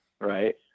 right